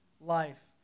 life